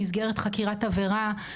במסגרת חקירת עבירה,